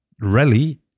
Rally